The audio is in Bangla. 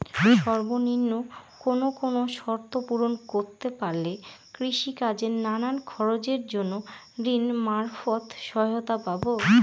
সর্বনিম্ন কোন কোন শর্ত পূরণ করতে পারলে কৃষিকাজের নানান খরচের জন্য ঋণ মারফত সহায়তা পাব?